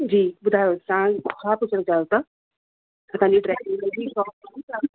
जी ॿुधायो तव्हां छा पुछण चाहियो था त तव्हांजी ड्राईक्लीनिंग जी शोप